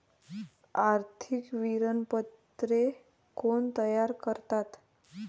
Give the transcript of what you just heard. आर्थिक विवरणपत्रे कोण तयार करतात?